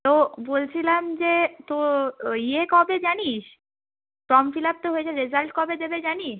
তো বলছিলাম যে তো ইয়ে কবে জানিস ফর্ম ফিলাপ তো হয়েছে রেজাল্ট কবে দেবে জানিস